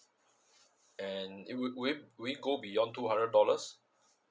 and it would will will go beyond two hundred dollars